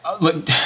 look